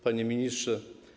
Panie Ministrze!